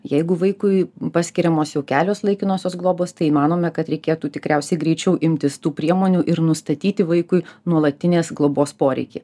jeigu vaikui paskiriamos jau kelios laikinosios globos tai manome kad reikėtų tikriausiai greičiau imtis tų priemonių ir nustatyti vaikui nuolatinės globos poreikį